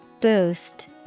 Boost